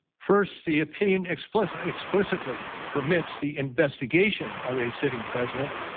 first, the opinion explicitly explicitly permits the investigation of a sitting president.